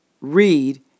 read